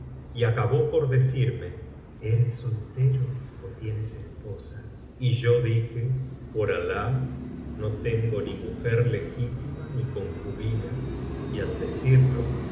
y acabó por decirme eres soltero ó tienes esposa y yo dije por alh no tengo ni mujer legítima ni concubina y al decirlo